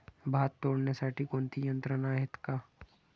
भात तोडण्यासाठी कोणती यंत्रणा आहेत का?